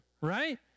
right